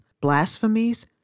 blasphemies